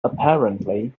apparently